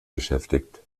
beschäftigt